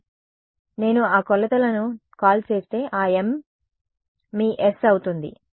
కాబట్టి నేను ఆ కొలతలను కాల్ చేస్తే ఆ m మీ s అవుతుంది